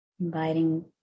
inviting